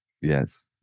Yes